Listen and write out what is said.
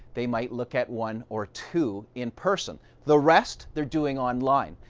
they might look at one or two in person. the rest, they're doing online.